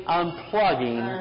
unplugging